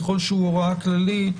ככל שהוא הוראה כללית,